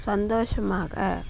சந்தோஷமாக